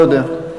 לא יודע.